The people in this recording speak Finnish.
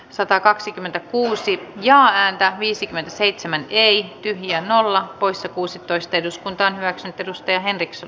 satakaksikymmentäkuusi ja ääntä viisikymmentäseitsemän peittyviä nolla poissa kuusitoista eduskunta hyväksyi edustaja henriksen